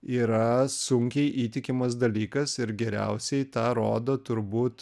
yra sunkiai įtikimas dalykas ir geriausiai tą rodo turbūt